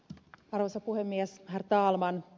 arvoisa puhemies herr talman